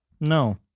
No